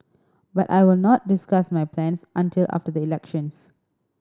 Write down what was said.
but I will not discuss my plans until after the elections